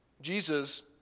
Jesus